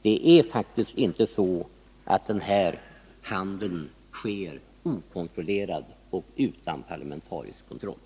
Det är faktiskt inte så att den handel det här gäller sker okontrollerat och utan parlamentarisk kontroll.